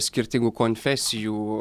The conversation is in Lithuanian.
skirtingų konfesijų